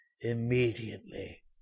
immediately